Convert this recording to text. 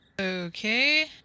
okay